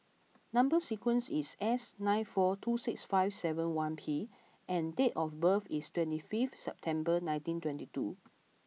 number sequence is S nine four two six five seven one P and date of birth is twenty fifth September nineteen twenty two